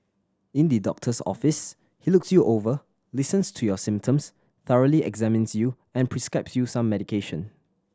in the doctor's office he looks you over listens to your symptoms thoroughly examines you and prescribes you some medication